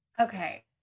Okay